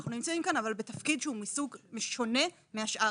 אבל אנחנו נמצאים כאן בתפקיד שהוא מסוג שונה מהשאר.